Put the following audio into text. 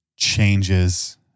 Changes